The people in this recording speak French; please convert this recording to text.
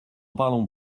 parlons